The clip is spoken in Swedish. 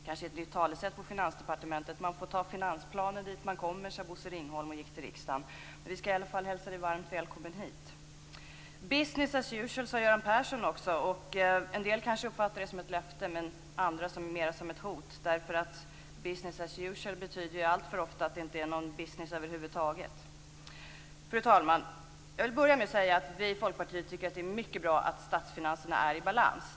Fru talman! Så gick han då, Erik Åsbrink, och sade att vårbudgeten var överspelad. Men statsministern ringde genast på en ny finansminister och sade business as usual. Vi får väl förutsätta att regeringens nya representant kan tala för den gamla vårbudgeten. Ett nytt talesätt på Finansdepartementet kanske är: Man får ta finansplanen dit man kommer, sade Bosse Ringholm och gick till riksdagen. Vi skall i alla fall hälsa dig varmt välkommen hit. Business as usual, sade Göran Persson. En del kanske uppfattade det som ett löfte men andra mer som ett hot, därför att business as usual betyder ju alltför ofta att det inte är någon business över huvud taget. Fru talman! Jag vill börja med att säga att vi i Folkpartiet tycker att det är mycket bra att statsfinanserna är i balans.